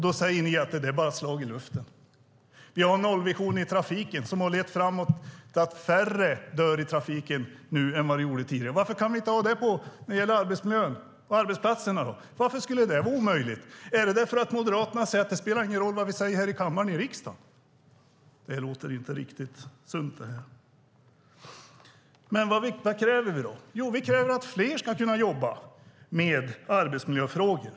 Då säger ni att det bara är ett slag i luften. Vi har en nollvision i trafiken som har lett till att färre dör i trafiken nu än tidigare. Varför kan vi inte ha det när det gäller arbetsmiljön på arbetsplatserna? Varför skulle det vara omöjligt? Är det för att Moderaterna säger att det inte spelar någon roll vad vi säger här i kammaren i riksdagen? Det låter inte riktigt sunt. Men vad kräver vi? Jo, vi kräver att fler ska kunna jobba med arbetsmiljöfrågor.